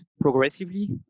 progressively